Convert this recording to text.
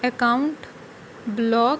account block